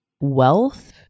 Wealth